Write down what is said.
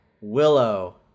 Willow